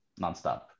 nonstop